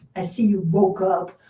i see you woke up.